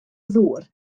ddŵr